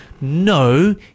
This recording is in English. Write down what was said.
No